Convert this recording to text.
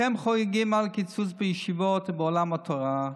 אתם חוגגים על קיצוץ בישיבות ובעולם התורה?